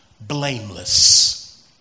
blameless